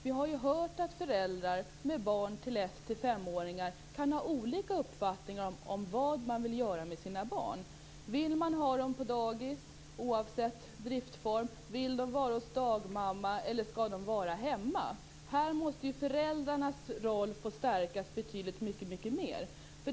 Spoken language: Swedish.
Vi har hört att föräldrar med barn i åldern 1-5 år kan ha olika uppfattningar om vad man vill göra med sina barn. Vill man ha dem på dagis, oavsett driftsform, vill man ha dem hos dagmamma eller skall de vara hemma? Här måste föräldrarnas roll få stärkas betydligt mycket mer.